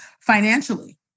financially